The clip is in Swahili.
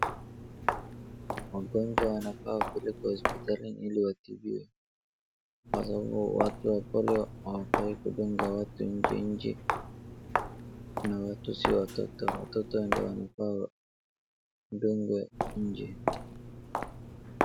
Wagonjwa wanafaa wapelekwa hospitalini ili watibiwe kwa sababu watu wagonjwa hawafai kudunga watu nje nje na watu sio watoto. Watoto ndio wanafaa wadungwe nje.